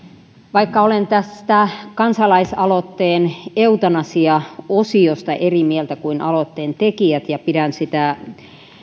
vaikka olen tästä kansalaisaloitteen eutanasiaosiosta eri mieltä kuin aloitteen tekijät ja pidän sitä